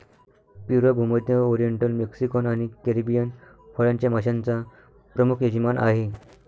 पेरू हा भूमध्य, oriental, Mexican आणि कॅरिबियन फळांच्या माश्यांचा प्रमुख यजमान आहे